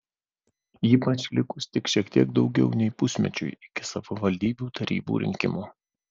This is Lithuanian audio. ypač likus tik šiek tiek daugiau nei pusmečiui iki savivaldybių tarybų rinkimų